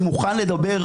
אני מוכן לדבר.